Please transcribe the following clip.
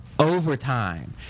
Overtime